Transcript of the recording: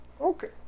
okay